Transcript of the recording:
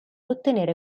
ottenere